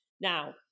Now